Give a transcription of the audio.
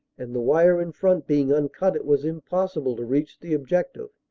and the wire in front being uncut it was impossible to reach the objective,